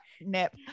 nip